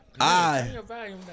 I-